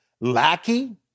Lackey